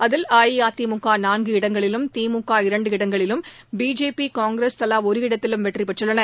அதில் அஇஅதிமுக நான்கு இடங்களிலும் திமுக இரண்டு இடங்களிலும் பிஜேபி காங்கிரஸ் தவா ஒரு இடத்திலும் வெற்றி பெற்றுள்ளன